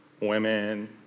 women